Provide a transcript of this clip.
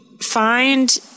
find